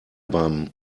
beim